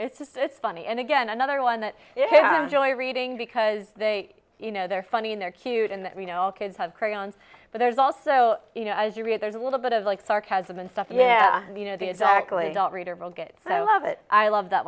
chris just it's funny and again another one that joy reading because they you know they're funny and they're cute and you know all kids have crayons but there's also you know as you read there's a little bit of like sarcasm and stuff yeah you know the exactly reader will get i love it i love that